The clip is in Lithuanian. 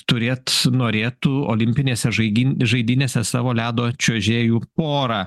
turėt norėtų olimpinėse žaidyn žaidynėse savo ledo čiuožėjų porą